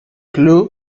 blue